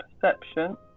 perception